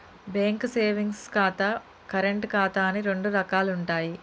bank savings ఖాతా, current ఖాతా అని రెండు రకాలుంటయ్యి